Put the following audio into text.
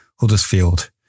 Huddersfield